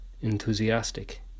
enthusiastic